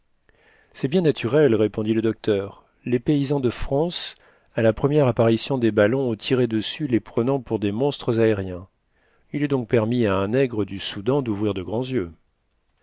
c'est bien naturel répondit le docteur les paysans de france à la première apparition des ballons ont tiré dessus les prenant pour de monstres aériens il est donc permis à un nègre du soudan d'ouvrir de grands yeux